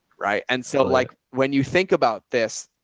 right. and so like, when you think about this,